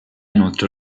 inoltre